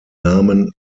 namen